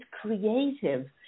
creative